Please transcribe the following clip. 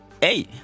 Hey